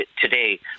today